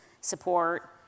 support